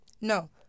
No